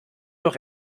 doch